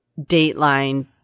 Dateline –